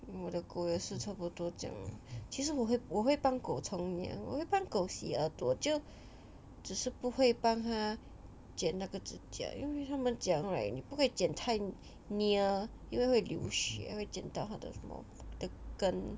我的狗也是差不多这样其实我会我会帮狗冲凉我会帮狗洗耳朵就只是不会帮他剪那个指甲因为他们讲 right 你不可以剪太 near 因为会流血会剪到她的什么的根